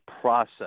process